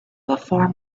before